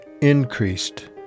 increased